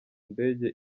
ndege